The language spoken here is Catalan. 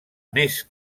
més